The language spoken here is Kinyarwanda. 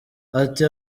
ati